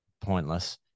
pointless